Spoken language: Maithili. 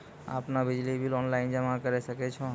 आपनौ बिजली बिल ऑनलाइन जमा करै सकै छौ?